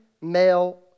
male